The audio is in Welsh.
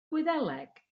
gwyddeleg